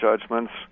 judgments